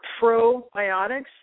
probiotics